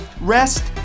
rest